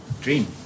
dream